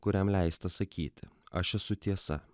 kuriam leista sakyti aš esu tiesa